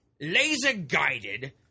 laser-guided